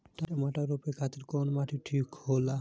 टमाटर रोपे खातीर कउन माटी ठीक होला?